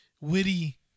witty